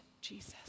Jesus